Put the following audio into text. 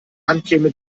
handcreme